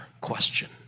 question